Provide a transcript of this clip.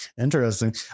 Interesting